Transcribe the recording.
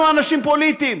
אנחנו אנשים פוליטיים.